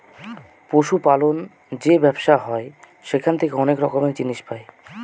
পশু পালন যে ব্যবসা হয় সেখান থেকে অনেক রকমের জিনিস পাই